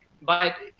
but,